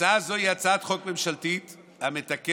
הצעה זו היא הצעת חוק ממשלתית המתקנת